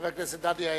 חבר הכנסת דני אילון,